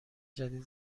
جدید